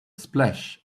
splash